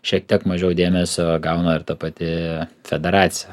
šiek tiek mažiau dėmesio gauna ir ta pati federacija